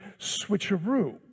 switcheroo